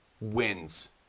wins